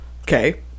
Okay